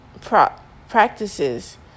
practices